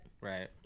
Right